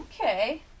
Okay